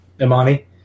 Imani